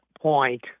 point